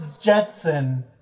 Jetson